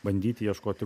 bandyti ieškoti